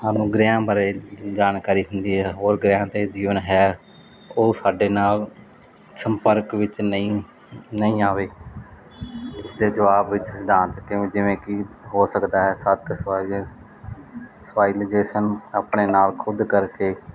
ਸਾਨੂੰ ਗ੍ਰਹਿਾਂ ਬਾਰੇ ਜਾਣਕਾਰੀ ਹੁੰਦੀ ਆ ਹੋਰ ਗ੍ਰਹਿਾਂ 'ਤੇ ਜੀਵਨ ਹੈ ਉਹ ਸਾਡੇ ਨਾਲ ਸੰਪਰਕ ਵਿੱਚ ਨਹੀਂ ਨਹੀਂ ਆਵੇ ਇਸਦੇ ਜਵਾਬ ਵਿੱਚ ਸਿਧਾਂਤ ਕਿਉਂ ਜਿਵੇਂ ਕਿ ਹੋ ਸਕਦਾ ਹੈ ਸੱਤ ਸਵਾਈ ਸਵਾਈਲੇਸ਼ਨ ਆਪਣੇ ਨਾਲ ਖੁਦ ਕਰਕੇ